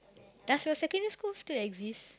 does your secondary school still exist